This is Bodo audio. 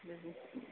नंगौ